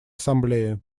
ассамблее